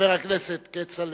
חבר הכנסת כצל'ה,